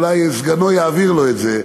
אולי סגנו יעביר לו את זה,